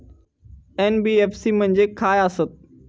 NBFC म्हणजे खाय आसत?